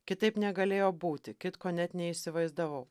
kitaip negalėjo būti kitko net neįsivaizdavau